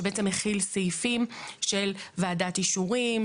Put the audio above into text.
שבעצם מכיל סעיפים של ועדת אישורים,